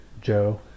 joe